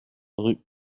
rue